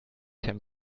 can